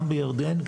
גם בירדן,